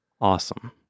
awesome